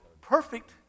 perfect